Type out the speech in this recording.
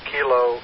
Kilo